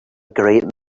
great